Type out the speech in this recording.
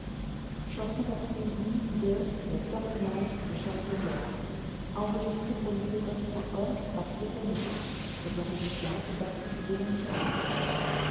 l'estla nôtre les fleurs du mal